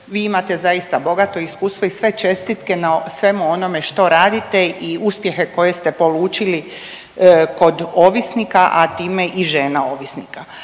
vi imate zaista bogato iskustvo i sve čestitke na svemu onome što radite i uspjehe koje ste polučili kod ovisnika, a time i žena ovisnika,